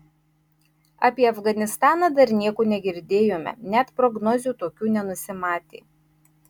apie afganistaną dar nieko negirdėjome net prognozių tokių nenusimatė